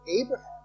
Abraham